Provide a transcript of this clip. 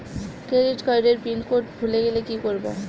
Credit কার্ডের pin code ভুলে গেলে কি করব?